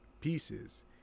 pieces